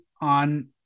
on